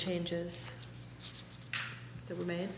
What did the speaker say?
changes that were ma